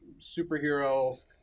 superhero